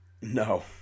No